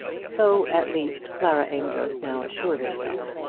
so at least clara amedroz now assured herself.